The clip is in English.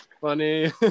Funny